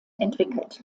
entwickelt